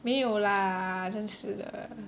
没有 lah 真是的